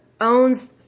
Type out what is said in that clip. owns